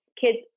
kids